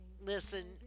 listen